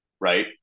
right